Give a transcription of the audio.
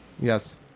Yes